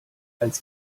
als